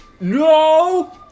no